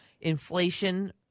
inflation